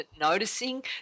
noticing